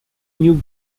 new